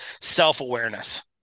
self-awareness